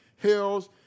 Hills